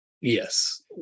yes